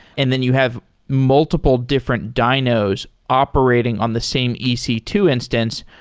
and then you have multiple different dynos operating on the same e c two instance.